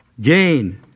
Gain